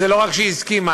זה לא רק שהיא הסכימה,